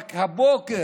רק הבוקר,